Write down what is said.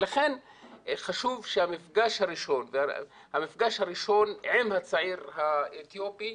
לכן חשוב שהמפגש הראשון עם הצעיר האתיופי,